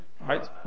right